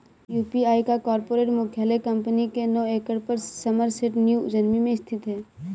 UPI का corporate मुख्यालय कंपनी के नौ एकड़ पर समरसेट न्यू जर्सी में स्थित है